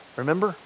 remember